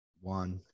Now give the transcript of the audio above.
One